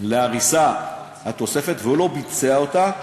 להריסת התוספת והוא לא ביצע אותה,